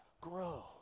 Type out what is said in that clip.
Grow